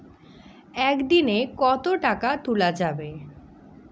একদিন এ কতো টাকা তুলা যাবে?